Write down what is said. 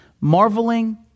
marveling